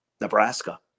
Nebraska